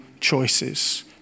choices